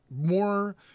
more